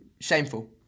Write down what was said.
Shameful